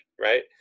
right